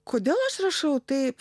kodėl aš rašau taip